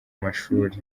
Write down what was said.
mashuri